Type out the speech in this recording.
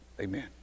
Amen